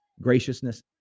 graciousness